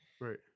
right